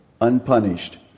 unpunished